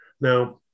Now